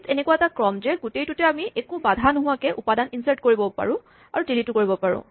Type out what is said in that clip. list এনেকুৱা এটা ক্ৰম যে গোটেইটোতে আমি একো বাধা নোহোৱাকে উপাদান ইনছাৰ্ট কৰিবও পাৰোঁ ডিলিটো কৰিব পাৰোঁ